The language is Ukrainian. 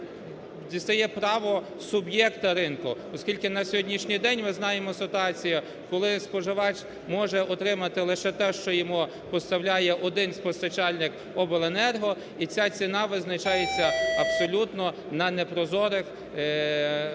дістає право суб'єкта ринку. Оскільки на сьогоднішній день ми знаємо ситуацію, коли споживач може отримати лише те, що йому поставляє один постачальник, обленерго. І ця ціна визначається абсолютно на непрозорих, в